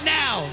now